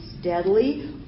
steadily